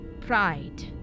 pride